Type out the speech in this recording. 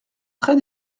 très